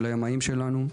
של הימאים שלנו,